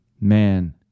man